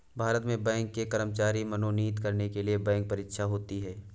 भारत में बैंक के कर्मचारी मनोनीत करने के लिए बैंक परीक्षा होती है